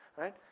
right